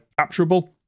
capturable